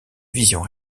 vision